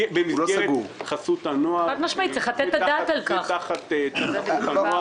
לפחות שנדע שבחודשים הקרובים לא תהיה לנו בעיה.